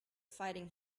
fighting